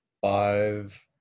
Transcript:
Five